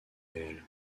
réelle